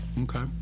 Okay